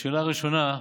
לשאלה הראשונה,